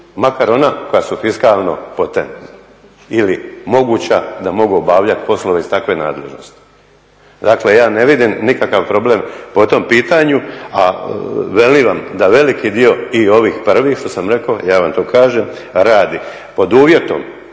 makar ona koja su fiskalno … ili moguća da mogu obavljati poslove iz takve nadležnosti. Dakle ja ne vidim nikakav problem po tom pitanju, a velim vam da veliki dio i ovih prvih što sam rekao, ja vam to kažem radi, pod uvjetom